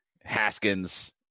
Haskins